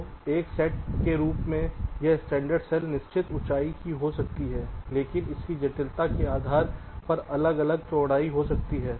तो एक सेट के रूप में यह स्टैंडर्ड सेल्स निश्चित ऊंचाई की हो सकती हैं लेकिन उनकी जटिलता के आधार पर अलग अलग चौड़ाई हो सकती है